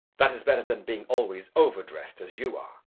that is better than being always over-dressed as you are.